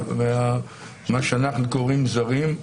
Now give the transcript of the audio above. מה שאנחנו קוראים זרים,